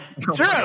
true